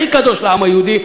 הכי קדוש לעם היהודי,